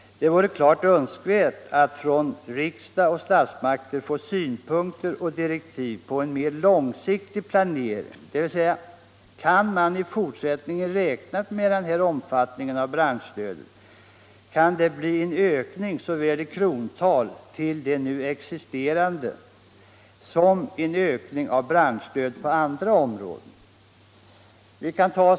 Det vore klart önskvärt att från statsmakterna få synpunkter och direktiv på en mer långsiktig planering. Kan man i fortsättningen räkna med den här omfattningen av branschstödet och kan det bli en ökning såväl i krontal till de nu existerande stöden som en utökning av branschstöd på andra områden?